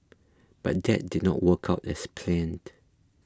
but that did not work out as planned